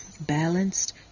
balanced